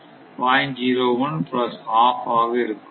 01 plus half ஆக இருக்கும்